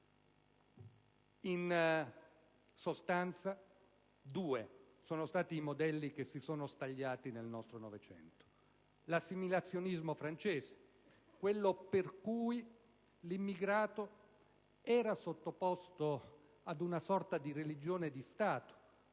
In sostanza, due sono stati i modelli che si sono stagliati nel nostro Novecento. Il primo fu l'assimilazionismo francese, quello per cui l'immigrato era sottoposto ad una sorta di religione di Stato